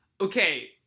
okay